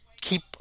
keep